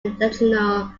additional